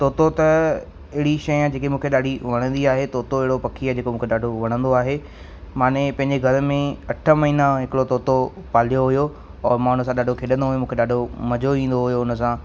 तोतो त अहिड़ी शइ आहे जेके मूंखे ॾाढी वणंदी आहे तोतो अहिड़ो पखी आहे जेको मूंखे ॾाढो वणंदो आहे माना पंहिंजे घर में अठ महीना हिकिड़ो तोतो पालियो हुओ औरि मां उन सां ॾाढो खेॾंदो हुउमि मूंखे ॾाढो मज़ो ईंदो हुओ उन सां